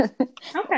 Okay